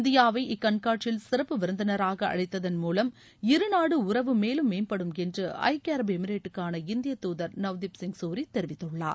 இந்தியாவை இக்கண்காட்சியில் சிறப்பு விருந்தினராக அழைத்ததன் மூலம் இரு நாடு உறவு மேலும் மேம்படும் என்று ஐக்கிய அரபு எமிரேட்டுக்கான இந்திய தூதர் நவ்தீப் சிங் சூரி தெரிவித்துள்ளார்